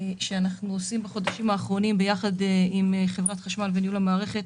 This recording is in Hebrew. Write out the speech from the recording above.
שאנחנו עושים בחודשים האחרונים ביחד עם חברת החשמל וניהול המערכת,